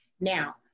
Now